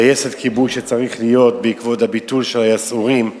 טייסת כיבוי שצריכה להיות בעקבות הביטול של ה"יסעורים",